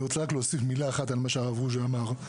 אני רוצה רק להוסיף מילה אחת על מה שהרב רוז'ה אמר.